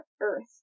Earth